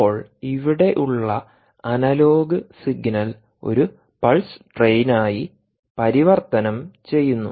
ഇപ്പോൾ ഇവിടെയുള്ള analog signal ഒരു പൾസ് ട്രെയിനായി പരിവർത്തനം ചെയ്യുന്നു